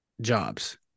jobs